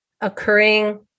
occurring